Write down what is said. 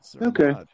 Okay